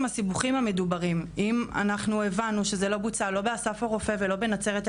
אם הבנו שהסיבוכים המדוברים לא בוצעו באסף הרופא ולא בנצרת,